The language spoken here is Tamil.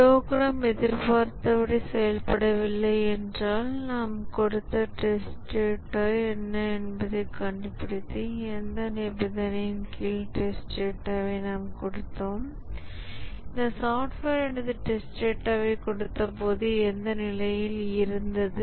ப்ரோக்ராம் எதிர்பார்த்தபடி செயல்படவில்லை என்றால் நாம் கொடுத்த டெஸ்ட் டேட்டா என்ன என்பதைக் கண்டுபிடித்து எந்த நிபந்தனையின் கீழ் டெஸ்ட் டேட்டாவை நாம் கொடுத்தோம் இந்த சாஃப்ட்வேரானது டெஸ்ட் டேட்டாவைக் கொடுத்தபோது எந்த நிலையில் இருந்தது